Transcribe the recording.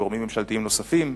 גורמים ממשלתיים נוספים,